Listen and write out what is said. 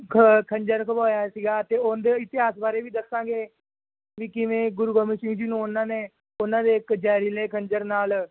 ਖ ਖੰਜਰ ਖੁਭੋਇਆ ਸੀਗਾ ਅਤੇ ਉਹਨਾਂ ਦੇ ਇਤਿਹਾਸ ਬਾਰੇ ਵੀ ਦੱਸਾਂਗੇ ਵੀ ਕਿਵੇਂ ਗੁਰੂ ਗੋਬਿੰਦ ਸਿੰਘ ਜੀ ਨੂੰ ਉਹਨਾਂ ਨੇ ਉਹਨਾਂ ਦੇ ਇੱਕ ਜ਼ਹਿਰੀਲੇ ਖੰਜਰ ਨਾਲ